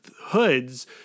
hoods